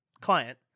client